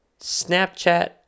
Snapchat